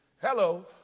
hello